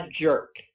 jerk